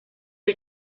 wie